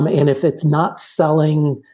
um and if it's not selling,